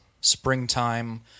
springtime